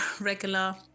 regular